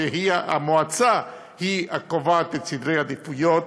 והמועצה היא הקובעת את סדרי העדיפויות